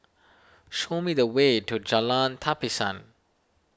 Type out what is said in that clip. show me the way to Jalan Tapisan